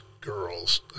girls